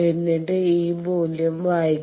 എന്നിട്ട് ഈ മൂല്യം വായിക്കാം